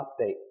update